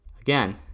again